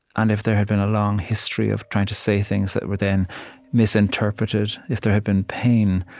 and if there had been a long history of trying to say things that were then misinterpreted, if there had been pain,